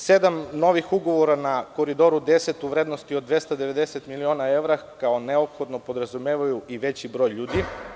Sedam novih ugovora na Koridoru 10 u vrednosti od 290 miliona evra kao neophodno podrazumevaju i veći broj ljudi.